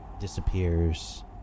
disappears